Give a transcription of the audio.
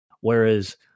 whereas